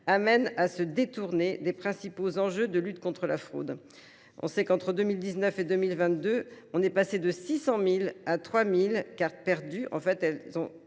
ne nous détourne des principaux enjeux de lutte contre la fraude. On sait qu’entre 2019 et 2022 on est passé de 600 000 à 3 000 cartes perdues. En fait, elles